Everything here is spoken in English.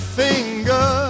finger